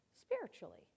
spiritually